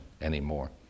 anymore